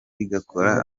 igakora